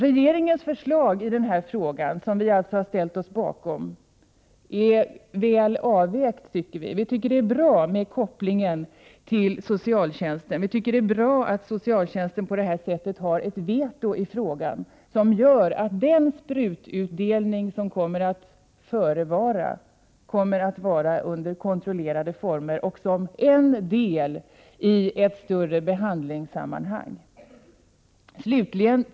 Regeringens förslag i den här frågan, som vi alltså har ställt oss bakom, är enligt vår mening väl avvägt. Vi tycker att det är bra med kopplingen till socialtjänsten. Det är bra att socialtjänsten på det här sättet har ett veto i frågan, så att den sprututdelning som blir aktuell kommer att ske under kontrollerade former och som en del i ett större behandlingssammanhang.